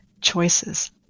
choices